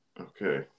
Okay